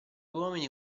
uomini